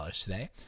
today